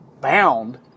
bound